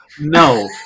no